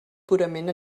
purament